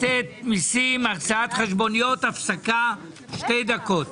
הישיבה ננעלה בשעה 12:11.